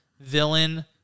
Villain